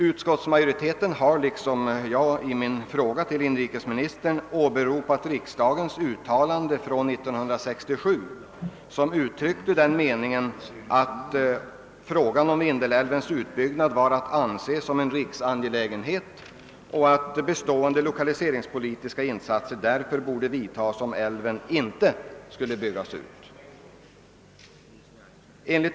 Utskottsmajoriteten har — liksom jag i min fråga till inrikesministern — åberopat riksdagens uttalande från 1967, vilket uttryckte den meningen att frågan om Vindelälvens utbyggnad var att anse som en riksangelägenhet och att bestående lokaliseringspolitiska insatser därför borde vidtagas om älven inte skulle byggas ut.